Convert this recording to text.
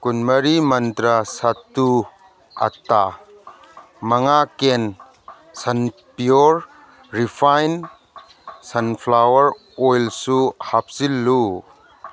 ꯀꯨꯟ ꯃꯔꯤ ꯃꯟꯇ꯭ꯔꯥ ꯁꯥꯇꯨ ꯑꯥꯇꯥ ꯃꯉꯥ ꯀꯦꯟ ꯁꯟ ꯄꯤꯌꯣꯔ ꯔꯤꯐꯥꯏꯟ ꯁꯟ ꯐ꯭ꯂꯥꯋꯥꯔ ꯑꯣꯏꯂꯁꯨ ꯍꯥꯞꯆꯤꯜꯂꯨ